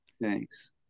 thanks